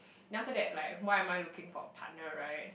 then after that like why am I looking for a partner right